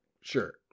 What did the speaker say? Sure